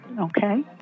okay